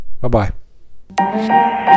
Bye-bye